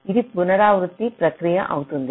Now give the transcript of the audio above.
ఇది పునరావృత ప్రక్రియ అవుతుంది